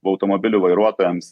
automobilių vairuotojams